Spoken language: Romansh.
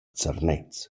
zernez